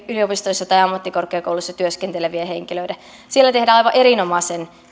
yliopistoissa tai ammattikorkeakouluissa työskentelevien henkilöiden siellä tehdään aivan erinomaisen